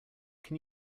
can